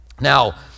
Now